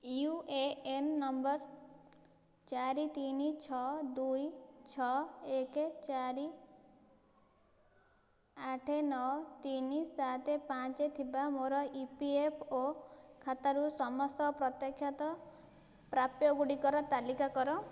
you A N number ଚାରି ତିନି ଛଅ ଦୁଇ ଛଅ ଏକ ଚାରି ଆଠ ନଅ ତିନି ସାତ ପାଞ୍ଚ ଥିବା ମୋର ଇ ପି ଏଫ୍ ଓ ଖାତାରୁ ସମସ୍ତ ପ୍ରତ୍ୟାଖ୍ୟାତ ପ୍ରାପ୍ୟଗୁଡ଼ିକର ତାଲିକା କର